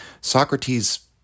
Socrates